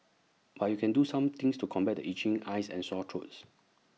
but you can do some things to combat itching eyes and sore throats